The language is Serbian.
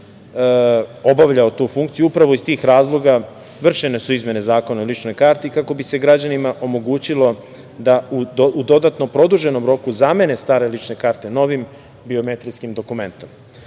obavljao tu funkciju, upravo iz tih razloga, vršene su izmene zakona o ličnoj karti, kako bi se građanima omogućilo da u dodatno produženom roku zamene stare lične karte, novim biometrijskim dokumentom. Uvođenjem